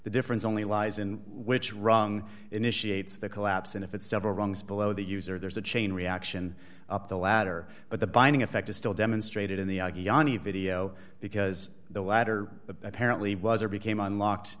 the difference only lies in which rung initiate the collapse and if it's several rungs below the user there's a chain reaction up the ladder but the binding effect is still demonstrated in the video because the ladder apparently was or became unlocked